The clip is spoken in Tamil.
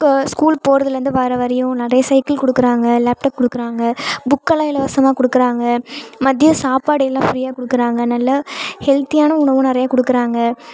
ஸ்கூல் போறதுலேருந்து வர வரையும் நிறைய சைக்கிள் கொடுக்குறாங்க லேப்டாப் கொடுக்குறாங்க புக்கெல்லாம் இலவசமாக கொடுக்குறாங்க மத்யம் சாப்பாடு எல்லாம் ஃப்ரீயாக கொடுக்குறாங்க நல்லா ஹெல்த்தியான உணவும் நிறையா கொடுக்குறாங்க